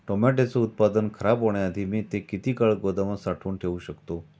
टोमॅटोचे उत्पादन खराब होण्याआधी मी ते किती काळ गोदामात साठवून ठेऊ शकतो?